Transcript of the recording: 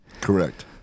correct